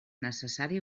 necessari